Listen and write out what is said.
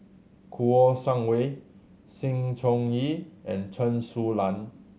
Kouo Shang Wei Sng Choon Yee and Chen Su Lan